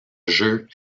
jeux